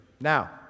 Now